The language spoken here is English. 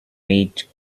made